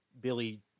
billy